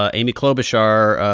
ah amy klobuchar,